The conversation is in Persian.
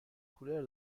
کولر